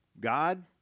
God